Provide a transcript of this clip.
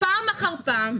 פעם אחר פעם,